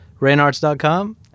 rainarts.com